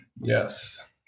Yes